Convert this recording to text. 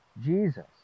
Jesus